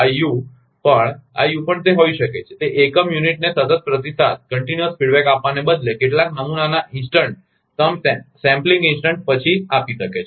આ યુ પણ આ યુ પણ તે હોઈ શકે છે તે એકમયુનિટને સતત પ્રતિસાદ આપવાને બદલે કેટલાક નમૂનાના ઇન્સ્ટન્ટ પછી આપી શકે છે